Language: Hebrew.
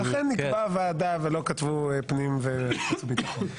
לכן נקבע "ועדה" ולא כתבו פנים וחוץ וביטחון.